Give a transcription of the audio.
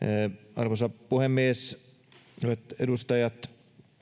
arvoisa puhemies hyvät edustajat